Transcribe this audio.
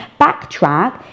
backtrack